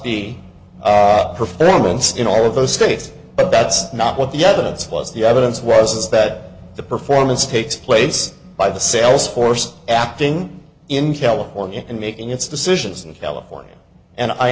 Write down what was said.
be performance in all of those states but that's not what the evidence was the evidence was that the performance takes place by the sales force acting in california and making its decisions in california and i